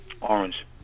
Orange